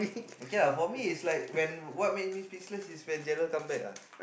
okay lah for me it's like when what mean this speechless is Gerald come back lah